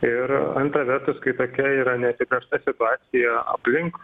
ir antra vertus kai tokia yra neapibrėžta situacija ir aplink